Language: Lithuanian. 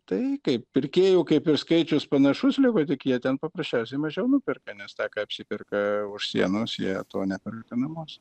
tai kaip pirkėjų kaip ir skaičius panašus liko tik jie ten paprasčiausiai mažiau nuperka nes tą ką apsiperka už sienos jie to neperka namuos